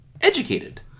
educated